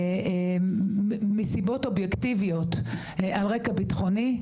מסיבות אובייקטיביות, על רקע בטחוני,